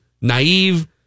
naive